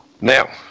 Now